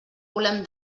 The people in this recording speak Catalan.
volem